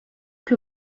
que